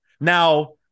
now